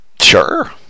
sure